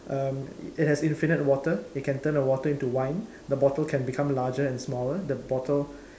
um it has infinite water it can turn a water into wine the bottle can become larger and smaller the bottle